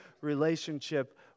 relationship